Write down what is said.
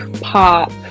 pop